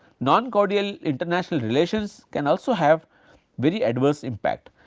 non cordial international relations can also have very adverse impact.